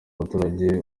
umuturage